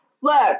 look